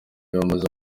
bamaze